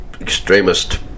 Extremist